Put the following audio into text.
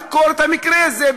יש לחקור את המקרה הזה.